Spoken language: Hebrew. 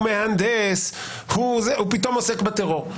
מהנדס ופתאום עוסק בטרור.